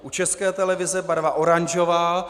U České televize barva oranžová.